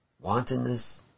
Wantonness